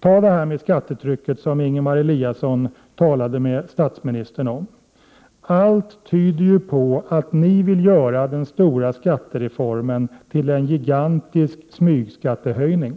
Ta detta med skattetrycket, som Ingemar Eliasson talade med statsministern om! Allt tyder ju på att ni vill göra den stora skattereformen till en gigantisk smygskattehöjning.